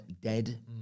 dead